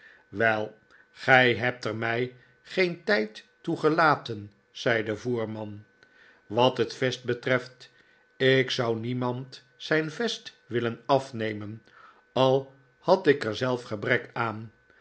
wel gij hebt er mij geen tijd toe gelatenl zei de voerman wat het vest betreft ik zou niemand zijn vest willen afnemen al had ik er zelf gebrek aan